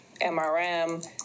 MRM